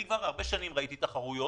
אני כבר שנים רבים רואה תחרויות,